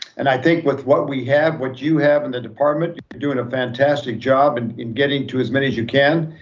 and i think with what we have, what you have in the department, you're doing a fantastic job and in getting to as many as you can,